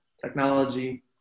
technology